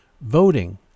Voting